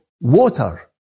water